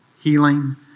healing